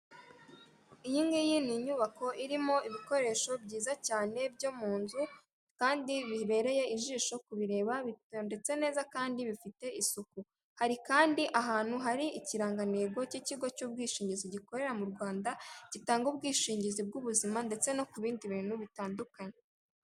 Iyi ngiyi ni inyubako irimo ibikoresho byiza cyane byo mu nzu kandi bibereye ijisho kubirebadetse neza kandi bifite isuku hari kandi ahantu hari ikirangamigo cy'ikigo cy'ubwishingizi gikorera mu rwanda gitanga ubwishingizi bw'ubuzima ndetse no ku bindi bintu bitandukanye.